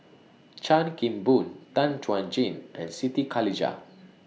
Chan Kim Boon Tan Chuan Jin and Siti Khalijah